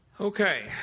Okay